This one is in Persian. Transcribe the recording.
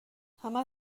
همه